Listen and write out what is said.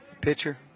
Pitcher